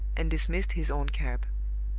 and dismissed his own cab.